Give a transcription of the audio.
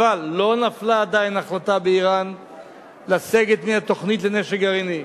אבל לא נפלה עדיין החלטה באירן לסגת מהתוכנית לנשק גרעיני.